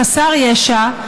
חסר ישע,